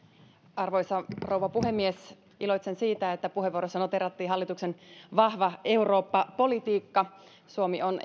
arvoisa rouva puhemies iloitsen siitä että puheenvuorossa noteerattiin hallituksen vahva eurooppa politiikka suomi on